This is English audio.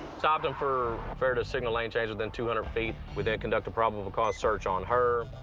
stopped them for failure to signal and change within two hundred feet. we then conduct a probable cause search on her,